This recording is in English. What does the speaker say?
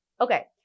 Okay